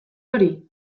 hori